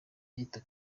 yita